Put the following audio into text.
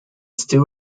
still